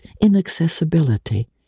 inaccessibility